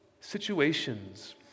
situations